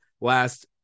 last